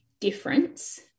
difference